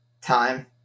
time